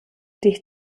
dich